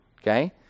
okay